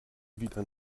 wieder